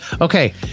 Okay